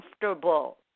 comfortable